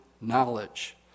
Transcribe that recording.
knowledge